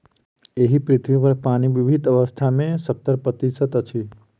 एहि पृथ्वीपर पानि विभिन्न अवस्था मे सत्तर प्रतिशत अछि